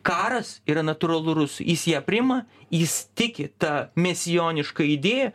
karas yra natūralu rusui jis ją priima jis tiki ta mesijoniška idėja